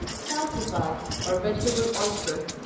salsify or vegetable oyster.